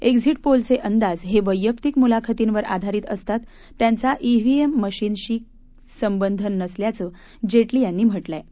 exit पोलचे अंदाज हे वैयक्तिक मुलाखतींवर आधारीत असतात त्यांचा ईव्हीएमशी काही संबंध नसल्याचं जेटली यांनी म्हटलयं